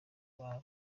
umwami